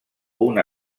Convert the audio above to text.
una